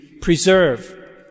preserve